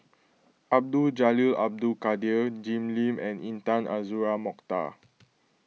Abdul Jalil Abdul Kadir Jim Lim and Intan Azura Mokhtar